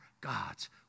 God's